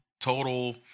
total